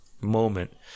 moment